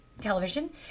Television